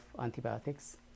antibiotics